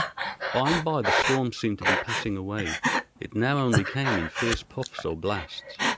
by-and-by the storm seemed to be passing away it now only came in fierce puffs or blasts.